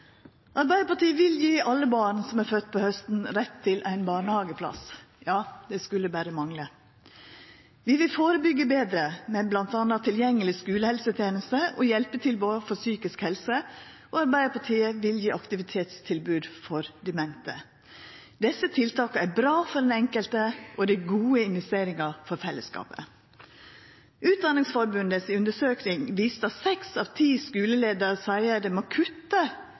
Arbeidarpartiet vil gje alle barn som er fødde om hausten, rett til ein barnehageplass – det skulle berre mangla. Vi vil førebyggja betre, med bl.a. tilgjengeleg skulehelseteneste og hjelpetilbod for psykisk helse, og Arbeidarpartiet vil gje aktivitetstilbod for demente. Desse tiltaka er bra for den enkelte, og det er gode investeringar for fellesskapen. Undersøkinga frå Utdanningsforbundet viste at seks av ti skuleleiarar seier at dei må